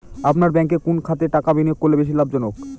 আপনার ব্যাংকে কোন খাতে টাকা বিনিয়োগ করলে বেশি লাভজনক?